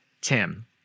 Tim